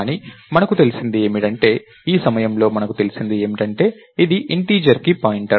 కానీ మనకు తెలిసినది ఏమిటంటే ఈ సమయంలో మనకు తెలిసినది ఏమిటంటే ఇది ఇంటీజర్ కి పాయింటర్